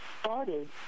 started